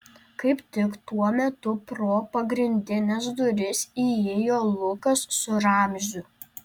kaip tik tuo metu pro pagrindines duris įėjo lukas su ramziu